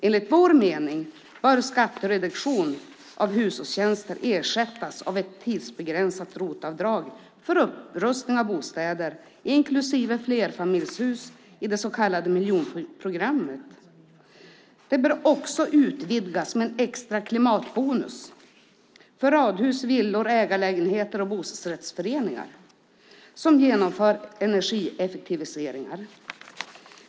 Enligt vår mening bör skattereduktion av hushållstjänster ersättas av ett tidsbegränsat ROT-avdrag för upprustning av bostäder inklusive flerfamiljshus i det så kallade miljonprogrammet. Det bör utvidgas med en klimatbonus för radhus, villor, ägarlägenheter och bostadsrättsföreningar som genomför energieffektiviseringar.